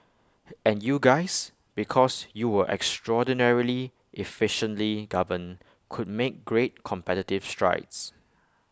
and you guys because you were extraordinarily efficiently governed could make great competitive strides